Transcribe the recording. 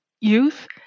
youth